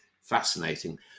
Fascinating